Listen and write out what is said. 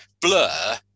blur